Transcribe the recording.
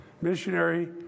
missionary